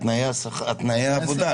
תנאי העבודה.